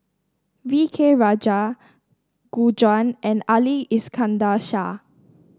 V K Rajah Gu Juan and Ali Iskandar Shah